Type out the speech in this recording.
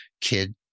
kid